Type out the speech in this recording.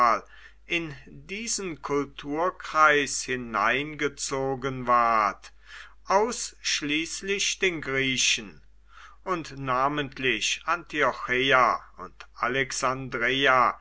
in diesen kulturkreis hineingezogen ward ausschließlich den griechen und namentlich antiocheia und alexandreia